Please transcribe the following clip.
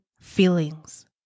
feelings